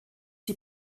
sie